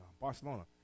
Barcelona